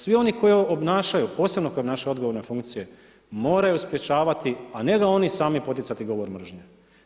Svi oni koji obnašaju, posebno koji obnašaju odgovorne funkcije moraju sprečavati, a ne ga oni sami poticati govor mržnje.